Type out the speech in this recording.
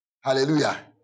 Hallelujah